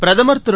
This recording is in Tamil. பிரதமர் திரு